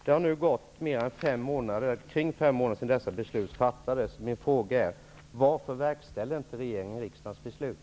Det har nu gått omkring fem månader sedan dessa beslut fattades. Min fråga är: Varför verkställer inte regeringen riksdagens beslut?